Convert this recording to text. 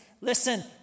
listen